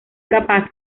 capaz